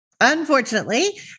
unfortunately